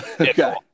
okay